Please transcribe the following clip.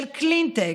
של קלינטק,